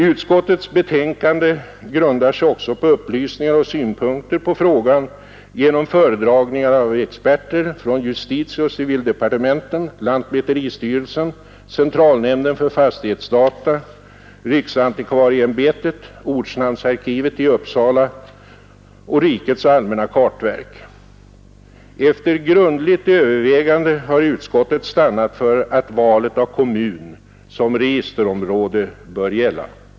Utskottets betänkande grundar sig också på upplysningar och syn punkter på frågan genom föredragning av experter från justitieoch civildepartementen, lantmäteristyrelsen, centralnämnden för fastighetsdata, riksantikvarieämbetet, ortnamnsarkivet i Uppsala och rikets allmänna kartverk. Efter grundligt övervägande har utskottet stannat för att valet av kommun som registerområde bör gälla.